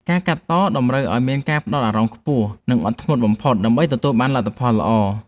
ការកាត់តតម្រូវឱ្យមានការផ្ដោតអារម្មណ៍ខ្ពស់ និង អត់ធ្មត់បំផុតដើម្បីទទួលបានលទ្ធផលល្អ។